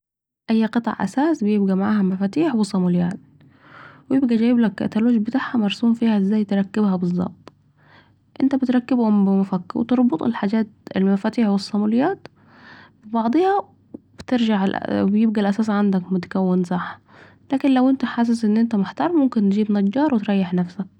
اي قطع اثاث بيبقي معاها مفاتيح و صموليات وبيبقي جيبلك كتالوج بتاعها مرسوم فيها ازاي تركبها بظبط ، انت بتركبهم بمفك و تربط المفاتيح و الصموليات ببعضيها و بيبقي الاثاث عندك متكون صح ، لكن لو أنت حاسس ان أنت محتار بتجبلك نجار و تريح نفسك